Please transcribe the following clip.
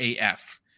AF